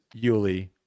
Yuli